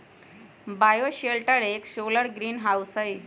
bioshelter एक solar greenhouse हई